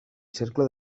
cercle